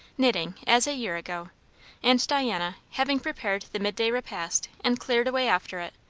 knitting, as a year ago and diana, having prepared the mid-day repast and cleared away after it,